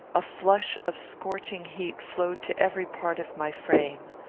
a flush of scorching heat flowed to every part of my frame.